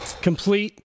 Complete